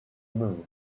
moon